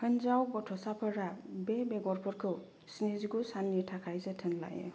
हिनजाव गथ'साफोरा बे बेग'रफोरखौ स्निजिगु साननि थाखाय जोथोन लायो